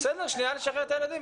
בסדר, לשחרר את הילדים.